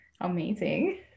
Amazing